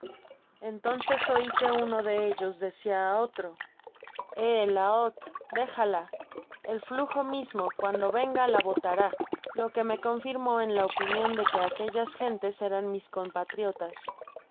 entonces oi que uno de ellos decia á otro eh jaek déjala el flujo mismo cuando venga la botará lo que me confirmó en la opinion de que aquellas gentes eran mis compatriotas